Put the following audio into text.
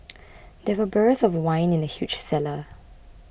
there were barrels of wine in the huge cellar